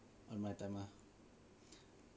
on my timer